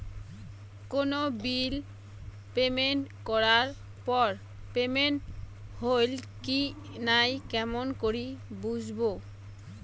কোনো bill payment করার পর পেমেন্ট হইল কি নাই কেমন করি বুঝবো?